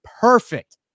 perfect